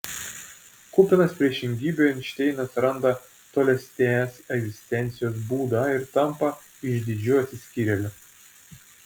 kupinas priešingybių einšteinas randa tolesnės egzistencijos būdą ir tampa išdidžiu atsiskyrėliu